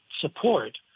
support